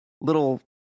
little